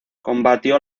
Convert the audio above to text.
combatió